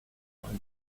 vingt